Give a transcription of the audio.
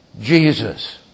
Jesus